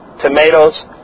tomatoes